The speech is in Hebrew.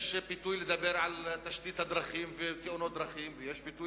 יש פיתוי לדבר על תשתית הדרכים ועל תאונות דרכים ויש פיתוי